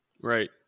Right